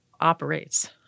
operates